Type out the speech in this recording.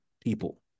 people